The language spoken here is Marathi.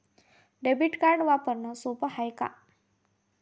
डेबिट कार्ड वापरणं सोप हाय का?